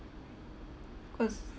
cause